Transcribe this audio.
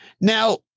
Now